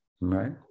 right